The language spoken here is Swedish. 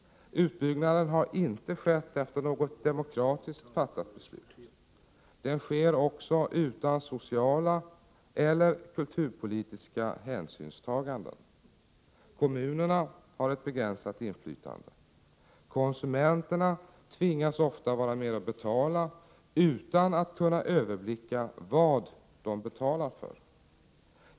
Utbyggnaden har inte skett efter något demokratiskt fattat beslut. Den sker också utan sociala eller kulturpolitiska hänsynstaganden. Kommunerna har ett begränsat inflytande. Konsumenterna tvingas ofta vara med och betala utan att kunna överblicka vad de betalar för.